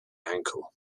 ankle